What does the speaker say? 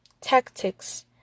tactics